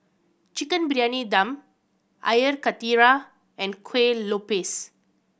Chicken Briyani Dum Air Karthira and Kuih Lopes